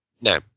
Now